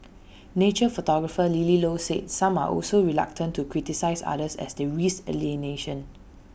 nature photographer lily low said some are also reluctant to criticise others as they risk alienation